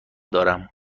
دارم